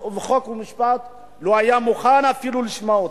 חוק ומשפט לא היה מוכן אפילו לשמוע אותה.